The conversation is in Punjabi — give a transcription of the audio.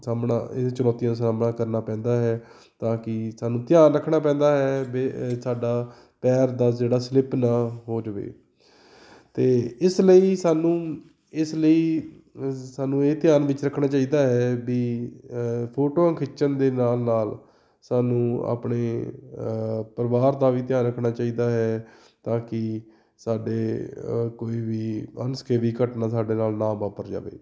ਸਾਹਮਣਾ ਇਹ ਚੁਣੌਤੀਆਂ ਦਾ ਸਾਹਮਣਾ ਕਰਨਾ ਪੈਂਦਾ ਹੈ ਤਾਂ ਕਿ ਸਾਨੂੰ ਧਿਆਨ ਰੱਖਣਾ ਪੈਂਦਾ ਹੈ ਵੀ ਸਾਡਾ ਪੈਰ ਦਾ ਜਿਹੜਾ ਸਲਿੱਪ ਨਾ ਹੋ ਜਾਵੇ ਅਤੇ ਇਸ ਲਈ ਸਾਨੂੰ ਇਸ ਲਈ ਸਾਨੂੰ ਇਹ ਧਿਆਨ ਵਿੱਚ ਰੱਖਣਾ ਚਾਹੀਦਾ ਹੈ ਵੀ ਫੋਟੋਆਂ ਖਿੱਚਣ ਦੇ ਨਾਲ ਨਾਲ ਸਾਨੂੰ ਆਪਣੇ ਪਰਿਵਾਰ ਦਾ ਵੀ ਧਿਆਨ ਰੱਖਣਾ ਚਾਹੀਦਾ ਹੈ ਤਾਂ ਕਿ ਸਾਡੇ ਕੋਈ ਵੀ ਅਨਸਕੇਬੀ ਘਟਨਾ ਸਾਡੇ ਨਾਲ ਨਾ ਵਾਪਰ ਜਾਵੇ